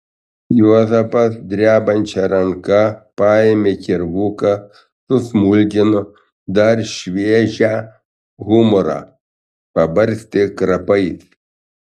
juozapas drebančia ranka paėmė kirvuką susmulkino dar šviežią humorą pabarstė krapais